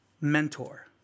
mentor